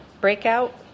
breakout